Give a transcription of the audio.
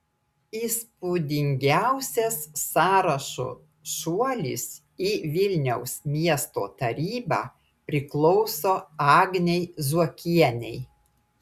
įspūdingiausias sąrašo šuolis į vilniaus miesto tarybą priklauso agnei zuokienei